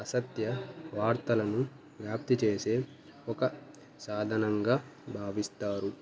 అసత్య వార్తలను వ్యాప్తి చేసే ఒక సాధనంగా భావిస్తారు